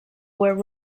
were